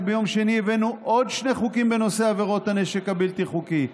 רק ביום שני הבאנו עוד שני חוקים בנושא עבירות הנשק הבלתי-חוקי.